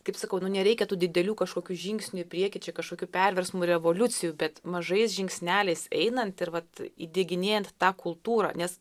kaip sakau nu nereikia tų didelių kažkokių žingsnių į priekį čia kažkokių perversmų revoliucijų bet mažais žingsneliais einant ir vat įdieginėjant tą kultūrą nes